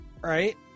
Right